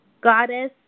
Goddess